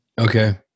Okay